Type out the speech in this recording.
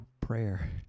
prayer